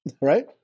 right